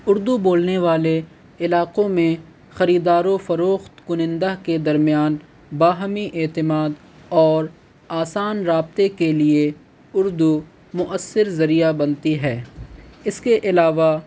اردو بولنے والے علاقوں میں خریدار و فروخت کنندہ کے درمیان باہمی اعتماد اور آسان رابطے کے لیے اردو مؤثر ذریعہ بنتی ہے اس کے علاوہ